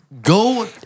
go